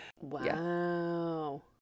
wow